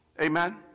Amen